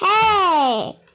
Hey